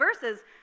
verses